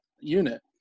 unit